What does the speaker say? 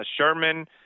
Sherman